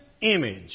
image